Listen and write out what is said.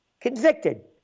Convicted